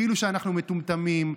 כאילו שאנחנו מטומטמים,